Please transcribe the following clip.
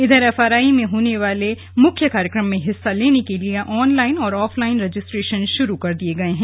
इधर एफआरआई में होने वाले मुख्य कार्यक्रम में हिस्सा लेने के लिए ऑनलाइन और ऑफलाइन रजिस्ट्रेशन शुरू कर दिए गए हैं